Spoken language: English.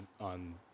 on